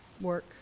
work